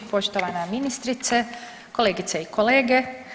Poštovana ministrice, kolegice i kolege.